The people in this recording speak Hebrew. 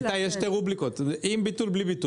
איתי, יש שתי רובריקות: עם ביטול / בלי ביטול.